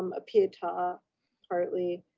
um a peer ta partly,